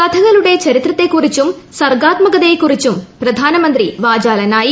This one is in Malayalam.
കഥകളുടെ ചരിത്രത്തെക്കുറിച്ചും സർഗ്ഗാത്മകതയെക്കുറിച്ചും പ്രധാനമന്ത്രി വാചാലനായി